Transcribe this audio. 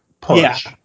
push